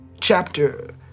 chapter